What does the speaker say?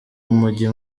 umujyi